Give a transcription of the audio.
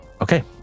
Okay